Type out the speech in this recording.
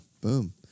Boom